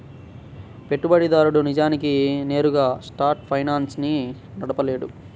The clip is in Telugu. పెట్టుబడిదారుడు నిజానికి నేరుగా షార్ట్ ఫైనాన్స్ ని నడపలేడు